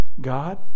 God